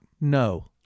No